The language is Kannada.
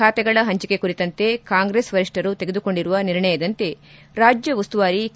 ಬಾತೆಗಳ ಪಂಚಿಕೆ ಕುರಿತಂತೆ ಕಾಂಗ್ರೆಸ್ ವರಿಷ್ಠರು ತೆಗೆದುಕೊಂಡಿರುವ ನಿರ್ಣಯದಂತೆ ರಾಜ್ಯ ಉಸ್ತುವಾರಿ ಕೆ